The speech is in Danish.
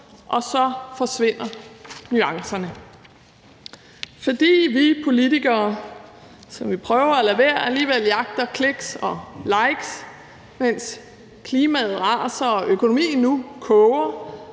Så forsvinder nuancerne, fordi vi politikere, selv om vi prøver at lade være, alligevel jagter clicks og likes, mens klimaet raser og økonomien nu koger